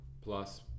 Plus